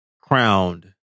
crowned